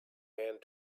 hand